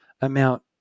amount